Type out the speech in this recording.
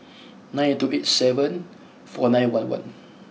nine eight two eight seven four nine one one